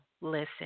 listen